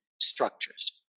structures